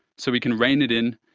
so we can rein it in,